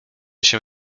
się